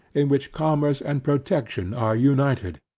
in which commerce and protection are united.